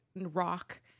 rock